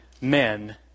men